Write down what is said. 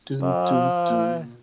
Bye